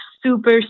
super